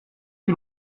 que